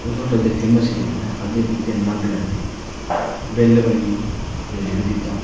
उस होटल दे फेमस हे खाद्धे पीते नंद लैता बिल्ल बनी गेआ बिल्ल बी दित्ता